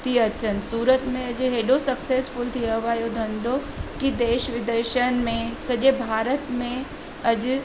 थी अचनि सूरत में हेॾो सभु सक्सैसफुल थी वियो आहे इहो धंधो की देश विदेशनि में सॼे भारत में अॼु